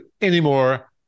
anymore